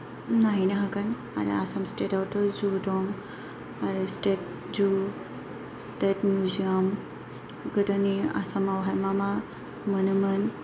नायहैनो हागोन आरो आसाम स्तेताव थ' जु दं आरो स्तेत जु स्तेत मिउजियाम गोदोनि आसामावहाय मा मा मोनोमोन